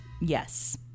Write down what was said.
yes